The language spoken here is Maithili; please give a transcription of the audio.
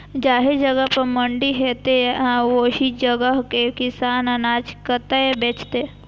जाहि जगह पर मंडी हैते आ ओहि जगह के किसान अनाज कतय बेचते?